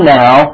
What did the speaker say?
now